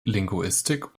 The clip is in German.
linguistik